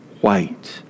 white